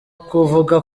kuvuga